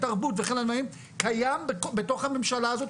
קיים בתוך הממשלה הזאת,